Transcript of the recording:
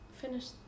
finished